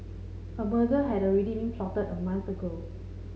a murder had already been plotted a month ago